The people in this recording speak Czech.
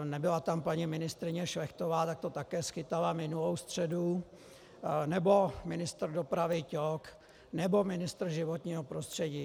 Nebyla tam paní ministryně Šlechtová, tak to také schytala minulou středu, nebo ministr dopravy Ťok nebo ministr životního prostředí.